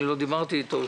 אני לא דיברתי איתו,